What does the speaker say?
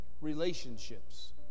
relationships